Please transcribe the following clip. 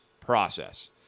process